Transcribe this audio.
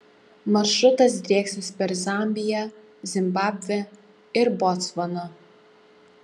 maršrutas drieksis per zambiją zimbabvę ir botsvaną